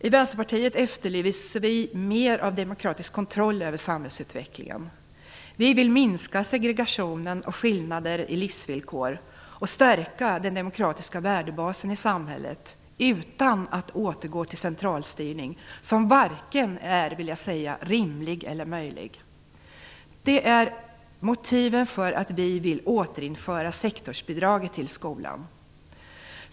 I Vänsterpartiet efterlyser vi mer av demokratisk kontroll över samhällsutvecklingen. Vi vill minska segregationen och skillnaderna i livsvillkoren samt stärka den demokratiska värdebasen i samhället utan att återgå till centralstyrning som varken är rimlig eller möjlig. Detta är motiven till att vi vill återinföra sektorsbidraget till skolan.